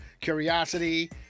Curiosity